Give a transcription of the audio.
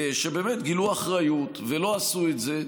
שבאמת גילו אחריות ולא עשו את זה.